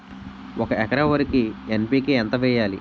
ఒక ఎకర వరికి ఎన్.పి కే ఎంత వేయాలి?